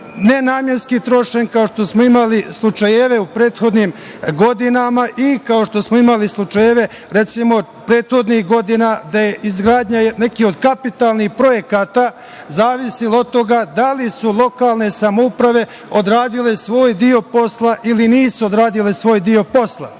nenamenski trošen kao što smo imali slučajeve u prethodnim godinama i kao što smo imali slučajeve, recimo, prethodnih godina, da je izgradnja neki od kapitalnih projekata zavisilo od toga da li su lokalne samouprave odradile svoj deo posla ili nisu odradile svoj deo posla.